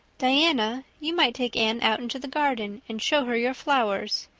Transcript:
diana, you might take anne out into the garden and show her your flowers.